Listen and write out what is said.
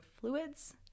fluids